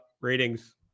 ratings